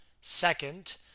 Second